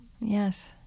Yes